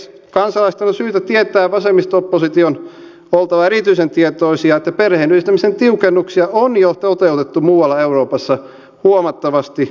kansalaisten on syytä tietää ja vasemmisto opposition oltava erityisen tietoisia että perheenyhdistämisen tiukennuksia on jo toteutettu muualla euroopassa huomattavasti laajemmin